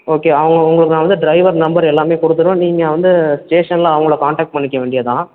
okay அவங்க உங்களுக்கு நான் வந்து ட்ரைவர் நம்பர் எல்லாமே கொடுத்துடுவேன் நீங்கள் வந்து ஸ்டேஷனில் அவங்கள கான்டாக்ட் பண்ணிக்க வேண்டிய தான்